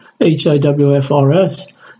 HIWFRS